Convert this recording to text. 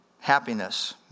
Happiness